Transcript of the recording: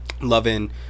Loving